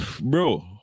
Bro